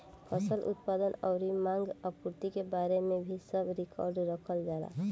फसल उत्पादन अउरी मांग आपूर्ति के बारे में भी सब रिकार्ड रखल जाला